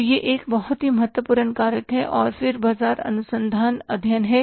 तो यह एक बहुत ही महत्वपूर्ण कारक है और फिर बाजार अनुसंधान अध्ययन है